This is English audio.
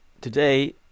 today